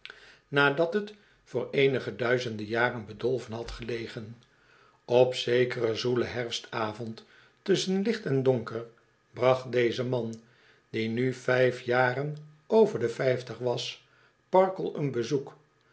nadat t voor eenige duizenden jaren bedolven had gelegen op zekeren zoelen herfstavond tusschen licht en donker bracht deze man die nu vijfjaren over de vijftig was parkle een bezoek